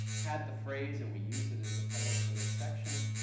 had the phrase, and we use it as the title for this section,